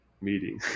meeting